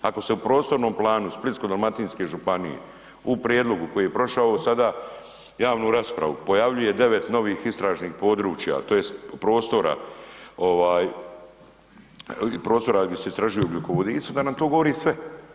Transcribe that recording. Ako se u prostornom planu Splitsko-dalmatinske županije u prijedlogu koji je prošao sada javnu raspravu pojavljuje 9 novih istražnih područja tj. prostora ovaj, prostora gdje se istražuju ugljikovodici onda nam to govori sve.